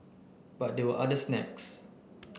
but there were other snags